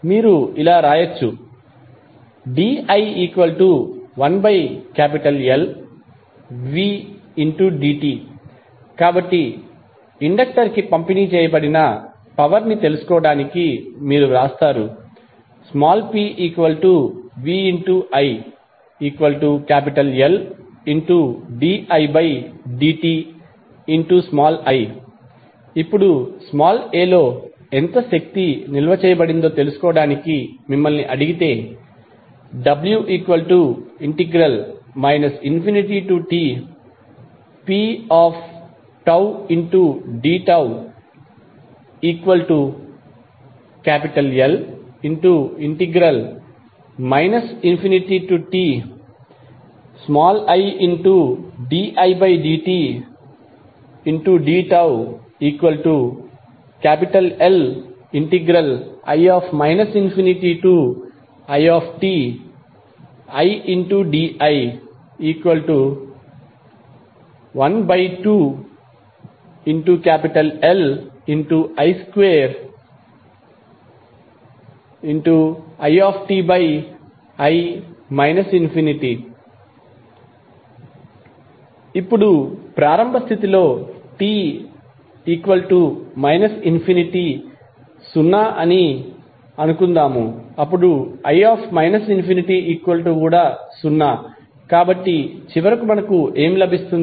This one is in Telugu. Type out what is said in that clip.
మీరు ఇలా వ్రాయవచ్చు di1Lvdt కాబట్టి ఇండక్టర్ కి పంపిణీ చేయబడిన పవర్ ని తెలుసుకోవడానికి మీరు వ్రాస్తారు pviLdidti ఇప్పుడు a లో ఎంత శక్తి నిల్వ చేయబడిందో తెలుసుకోవడానికి మిమ్మల్ని అడిగితే w ∞tpdτL ∞tididdτLi ∞itidi12Li2|iti ∞ ఇప్పుడు ప్రారంభ స్థితిలో t ∞ సున్నా i ∞0 అని అనుకుంటాము కాబట్టి చివరకు మనకు ఏమి లభిస్తుంది